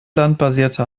landbasierte